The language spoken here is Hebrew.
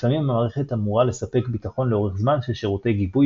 לפעמים המערכת אמורה לספק ביטחון לאורך זמן של שירותי גיבוי